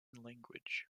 language